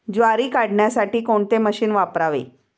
ज्वारी काढण्यासाठी कोणते मशीन वापरावे?